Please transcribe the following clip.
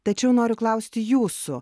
tačiau noriu klausti jūsų